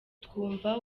twumva